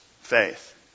faith